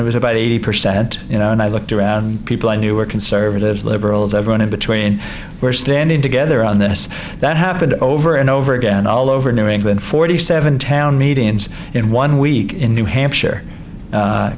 it was about eighty percent and i looked around people i knew were conservatives liberals everyone in between were standing together on this that happened over and over again all over new england forty seven town meetings in one week in new hampshire